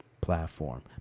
platform